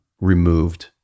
removed